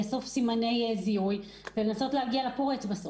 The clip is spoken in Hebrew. לאסוף סימני זיהוי על מנת לנסות להגיע לפורץ.